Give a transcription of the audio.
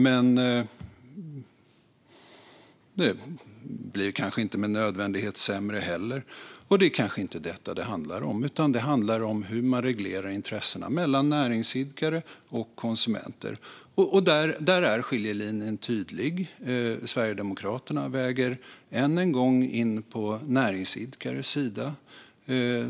Men det blir kanske inte med nödvändighet sämre. Och det är nog inte detta som det handlar om, utan det handlar om hur man reglerar intressena mellan näringsidkare och konsumenter. Där är skiljelinjen tydlig. Sverigedemokraterna väger än en gång över på näringsidkarnas sida.